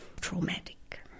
traumatic